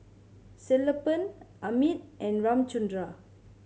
Sellapan Amit and Ramchundra